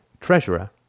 treasurer